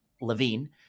levine